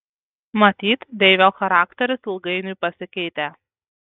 matyt deivio charakteris ilgainiui pasikeitė